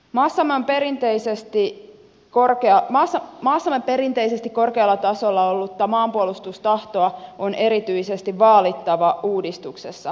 maassa maan perinteisesti korkea maassa maa maassamme perinteisesti korkealla tasolla ollutta maanpuolustustahtoa on erityisesti vaalittava uudistuksessa